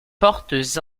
portes